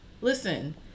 Listen